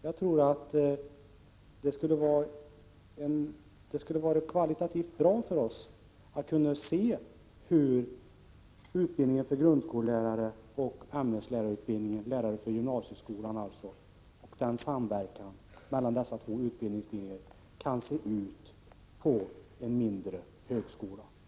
Jag tror att det skulle ha varit bra för oss, exempelvis i vad gäller kvaliteten, att kunna se hur en samverkan mellan grundskollärarutbildningen och utbildningen av lärare för gymnasieskolan kan se ut på en mindre högskola.